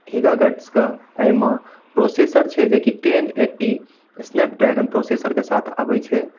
हिगागाइट्सके एहिमे प्रोसेसर छै जेकि टेन एट्टी स्नैप ड्रैगन प्रोसेसरके साथ आबै छै